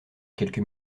quelques